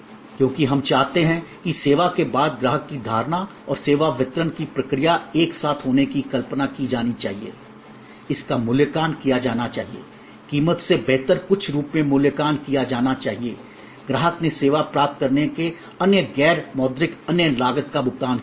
क्योंकि हम चाहते हैं कि सेवा के बाद ग्राहक की धारणा और सेवा वितरण की प्रक्रिया एक साथ होने की कल्पना की जानी चाहिए इसका मूल्यांकन किया जाना चाहिए कीमत से बेहतर कुछ रूप में मूल्यांकन किया जाना चाहिए ग्राहक ने सेवा प्राप्त करने की अन्य गैर मौद्रिक अन्य लागत का भुगतान किया है